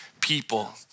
people